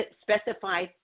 specify